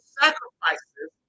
sacrifices